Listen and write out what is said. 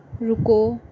रुको